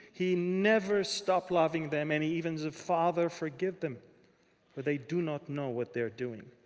he never stopped loving them. and he even said, father, forgive them for they do not know what they're doing.